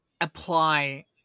apply